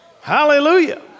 Hallelujah